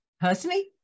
personally